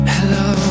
Hello